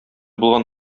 булган